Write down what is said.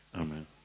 Amen